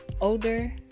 older